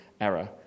error